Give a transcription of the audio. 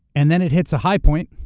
and then it hits a high point.